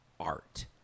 art